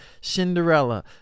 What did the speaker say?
Cinderella